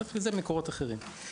צריך מקורות אחרים בשביל זה.